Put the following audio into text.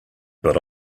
but